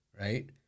right